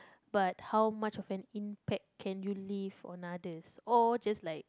but how much of an impact can you leave on others or just like